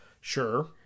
Sure